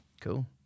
Cool